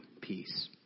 peace